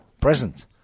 present